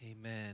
Amen